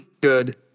good